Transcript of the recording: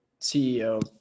CEO